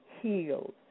healed